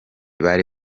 bari